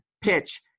PITCH